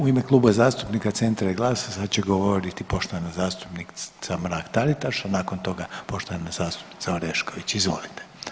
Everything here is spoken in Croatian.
U ime Kluba zastupnika Centra i GLAS-a sad će govoriti poštovana zastupnica Mrak-Taritaš, a nakon toga poštovana zastupnica Oreković, izvolite.